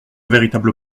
véritable